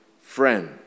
friend